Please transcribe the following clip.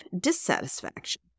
dissatisfaction